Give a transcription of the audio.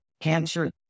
cancer